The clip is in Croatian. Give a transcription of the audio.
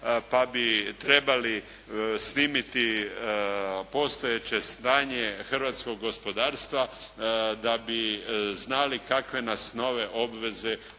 pa bi trebali snimiti postojeće stanje hrvatskog gospodarstva da bi znali kakve nas nove obveze uskoro